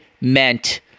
meant